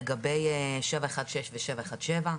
לגבי 716 ו-717,